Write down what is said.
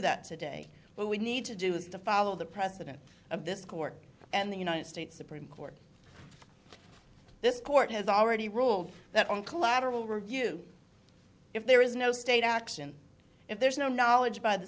that today but we need to do is to follow the precedent of this court and the united states supreme court this court has already ruled that on collateral review if there is no state action if there is no knowledge by the